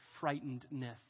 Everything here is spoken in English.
frightenedness